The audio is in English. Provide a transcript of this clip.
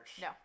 No